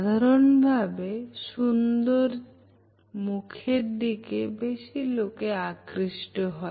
সাধারণভাবে সুন্দর মুখের দিকে বেশি লোক আকৃষ্ট হয়